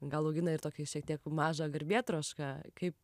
gal augina ir tokį šiek tiek mažą garbėtrošką kaip